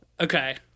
Okay